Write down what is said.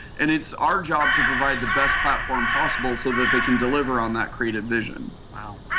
and it's our job to provide the best platform possible so that they can deliver on that creative vision. wow,